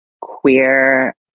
queer